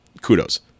Kudos